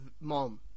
mom